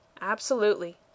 Absolutely